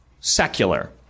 secular